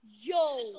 Yo